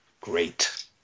Great